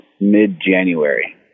mid-January